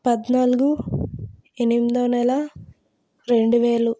పద్నాలుగు ఎనిమిదవ నెల రెండు వేలు